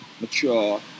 mature